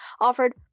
offered